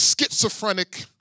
schizophrenic